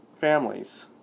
families